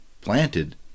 planted